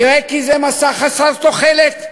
נראה כי זה מסע חסר תוחלת.